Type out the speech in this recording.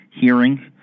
hearing